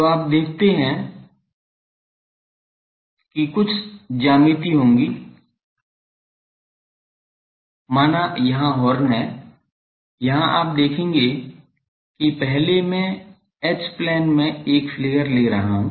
तो आप देखते हैं कि कुछ ज्यामिति होंगी माना यहाँ हॉर्न है यहाँ आप देखेंगे कि पहले मैं H प्लेन में एक फ्लेयर ले रहा हूँ